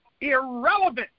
irrelevant